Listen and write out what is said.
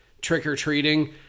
trick-or-treating